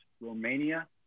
Romania